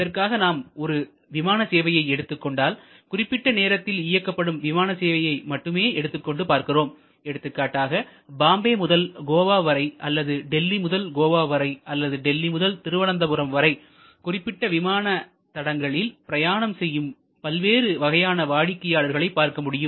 இதற்காக நாம் ஒரு விமான சேவையை எடுத்துக்கொண்டால்குறிப்பிட்ட நேரத்தில் இயக்கப்படும் விமான சேவையை மட்டுமே எடுத்துக்கொண்டு பார்க்கிறோம் எடுத்துக்காட்டாக பாம்பே முதல் கோவா வரை அல்லது டெல்லி முதல் கோவா வரை அல்லது டெல்லி முதல் திருவனந்தபுரம் வரை குறிப்பிட்ட விமான தடங்களில் பிரயாணம் செய்யும் பல்வேறு வகையான வாடிக்கையாளர்களை பார்க்க முடியும்